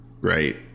right